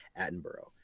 Attenborough